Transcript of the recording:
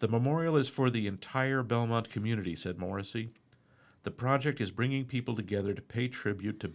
the memorial is for the entire belmont community said morrissy the project is bringing people together to pay tribute to